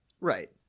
Right